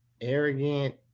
arrogant